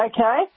Okay